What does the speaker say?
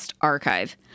archive